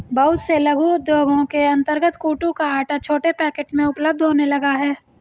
बहुत से लघु उद्योगों के अंतर्गत कूटू का आटा छोटे पैकेट में उपलब्ध होने लगा है